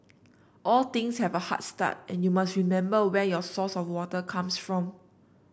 all things have a hard start and you must remember where your source of water comes from